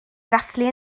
ddathlu